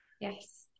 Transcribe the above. Yes